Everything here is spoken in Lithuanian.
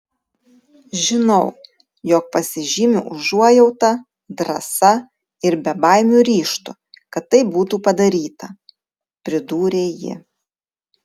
žinau jog pasižymiu užuojauta drąsa ir bebaimiu ryžtu kad tai būtų padaryta pridūrė ji